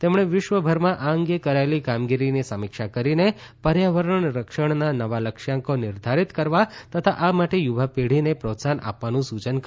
તેમણે વિશ્વભરમાં આ અંગે કરાયેલી કામગીરીની સમીક્ષા કરીને પર્યાવરણ રક્ષણના નવા લક્ષ્યાંકો નિર્ધારીત કરવા તથા આ માટે યુવાપેઢીને પ્રોત્સાહન આપવાનું સૂચન કર્યું હતું